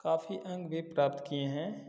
काफ़ी अंक भी प्राप्त किए हैं